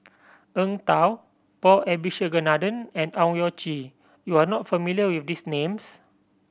Eng Tow Paul Abisheganaden and Owyang Chi you are not familiar with these names